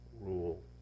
rule